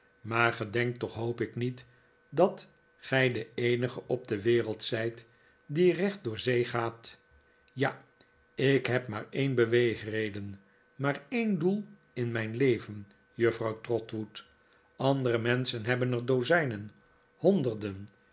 maar gij denkt toch hoop ik niet dat gij de eenige op de wereld zijt die recht door zee gaat ja ik heb maar een beweegreden maar een doel in mijn leven juffrouw trotwood andere menschen hebben er dozijnen honderden